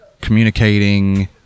communicating